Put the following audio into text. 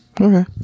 Okay